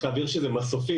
צריך להבהיר שזה מסופים,